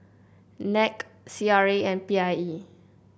NAC C R A and P I E